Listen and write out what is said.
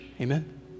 Amen